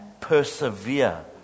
persevere